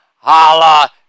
Holla